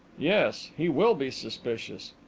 yes, he will be suspicious.